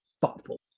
thoughtful